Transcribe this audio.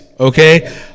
Okay